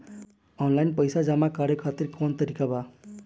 Online पइसा जमा करे खातिर कवन तरीका बा?